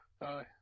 aye